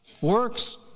Works